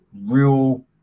real